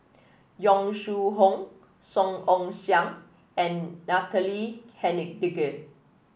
Yong Shu Hoong Song Ong Siang and Natalie Hennedige